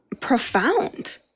profound